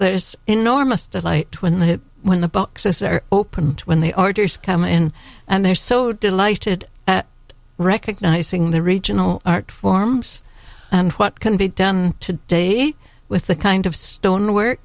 there's enormous delight when the when the boxes are opened twin the orders come in and they're so delighted at recognizing the regional art forms and what can be done to date with the kind of stone work